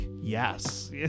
yes